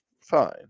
fine